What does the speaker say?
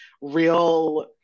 real